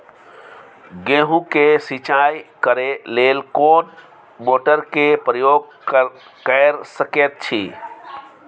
गेहूं के सिंचाई करे लेल कोन मोटर के प्रयोग कैर सकेत छी?